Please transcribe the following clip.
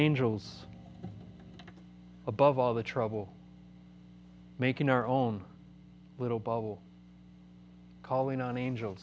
angels above all the trouble making our own little bubble calling on angels